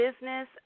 business